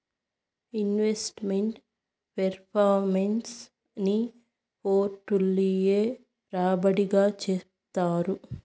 invest meant performance ని portfolio రాబడి గా చెప్తారు